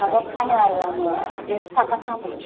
माबा फानो आरो आङो एकस' थाखा फानो